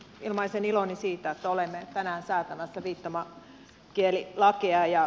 ilmaisen iloni siitä että olemme tänään säätämässä viittomakielilakia